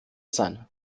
sein